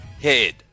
head